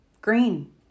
Green